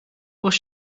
bus